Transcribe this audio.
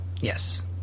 Yes